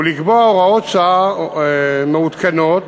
ולקבוע הוראות שעה מעודכנות